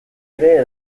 ere